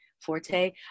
Forte